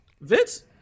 Vince